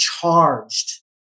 charged